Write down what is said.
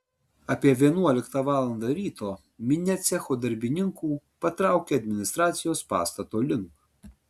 apie vienuoliktą valandą ryto minia cecho darbininkų patraukė administracijos pastato link